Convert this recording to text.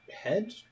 head